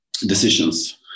decisions